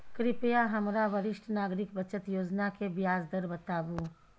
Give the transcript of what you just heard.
कृपया हमरा वरिष्ठ नागरिक बचत योजना के ब्याज दर बताबू